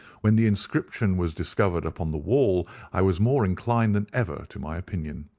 when the inscription was discovered upon the wall i was more inclined than ever to my opinion.